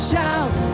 Shout